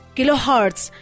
Kilohertz